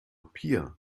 pia